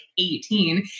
18